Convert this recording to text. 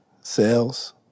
sales